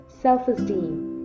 self-esteem